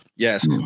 Yes